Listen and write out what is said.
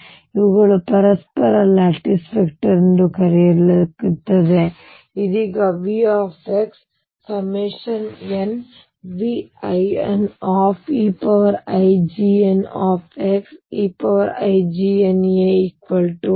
ಮತ್ತು ಇವುಗಳನ್ನು ಪರಸ್ಪರ ಲ್ಯಾಟಿಸ್ ವೆಕ್ಟರ್ ಎಂದು ಕರೆಯಲಾಗುತ್ತದೆ ಆದರೆ ಆ ಹೆಸರನ್ನು ನಾನು ನಿಮಗೆ ನೀಡುತ್ತಿದ್ದೇನೆ ಆದರೆ ಇದೀಗ V nVneiGnx